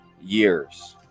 years